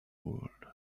world